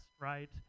right